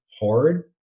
hard